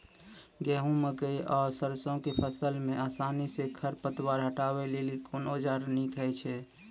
गेहूँ, मकई आर सरसो के फसल मे आसानी सॅ खर पतवार हटावै लेल कून औजार नीक है छै?